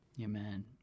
Amen